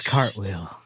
cartwheel